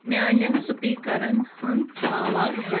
میٛانٮ۪ن سٕپیٖکَرَن ہٕنٛز آواز بہ